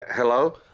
Hello